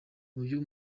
uyu